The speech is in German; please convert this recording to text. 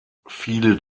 viele